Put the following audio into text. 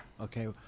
Okay